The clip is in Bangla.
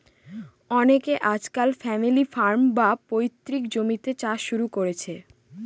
অনকে আজকাল ফ্যামিলি ফার্ম, বা পৈতৃক জমিতে চাষ শুরু করেছে